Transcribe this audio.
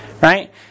right